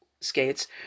skates